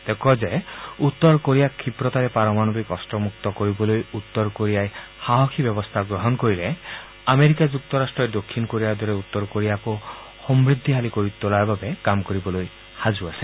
তেওঁ কয় যে উত্তৰ কোৰিয়াক ক্ষীপ্ৰতাৰে পাৰমাণৱিক অস্ত্ৰমুক্ত কৰিবলৈ দক্ষিণ কোৰিয়াই কঠোৰ কাৰ্যব্যৱস্থা গ্ৰহণ কৰিলে আমেৰিকা যুক্তৰাষ্ট্ৰই দক্ষিণ কোৰিয়াৰ দৰে উত্তৰ কোৰিয়াকো সমৃদ্ধিশালী কৰি তোলাৰ বাবে কাম কৰিবলৈ সাজু আছে